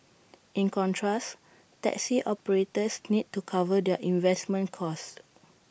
in contrast taxi operators need to cover their investment costs